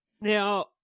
Now